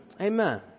Amen